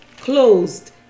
closed